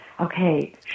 okay